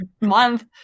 month